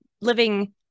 living